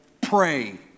pray